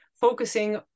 focusing